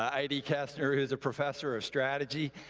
um idie kesner, who's a professor of strategy.